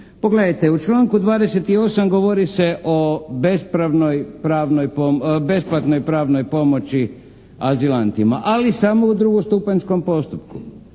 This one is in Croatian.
Pogledajte, u članku 28. govori se o besplatnoj pravnoj pomoći azilantima ali samo u drugostupanjskom postupku.